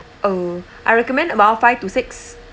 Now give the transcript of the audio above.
uh I recommend among five to six